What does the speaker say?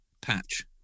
patch